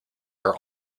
are